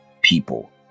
people